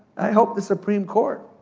i hope the supreme court,